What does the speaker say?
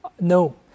No